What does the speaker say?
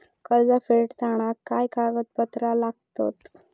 कर्ज फेडताना काय काय कागदपत्रा लागतात?